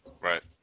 right